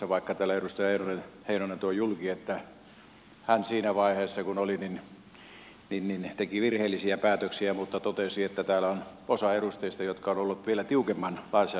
täällä edustaja heinonen toi julki että hän siinä vaiheessa teki virheellisiä päätöksiä mutta totesi että täällä on osa edustajista ollut vielä tiukemman lainsäädännön kannalla